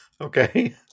Okay